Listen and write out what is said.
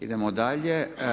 Idemo dalje.